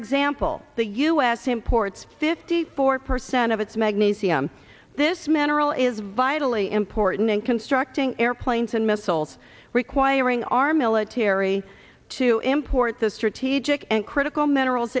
example the us imports fifty four percent of its magnesium this manner all is vitally important in constructing airplanes and missiles requiring our military to import the strategic and critical minerals